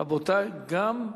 רבותי, גם,